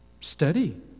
study